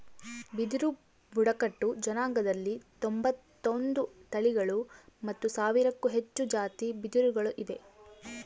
ಬಿದಿರು ಬುಡಕಟ್ಟು ಜನಾಂಗದಲ್ಲಿ ತೊಂಬತ್ತೊಂದು ತಳಿಗಳು ಮತ್ತು ಸಾವಿರಕ್ಕೂ ಹೆಚ್ಚು ಜಾತಿ ಬಿದಿರುಗಳು ಇವೆ